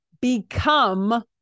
become